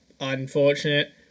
unfortunate